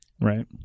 right